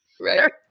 Right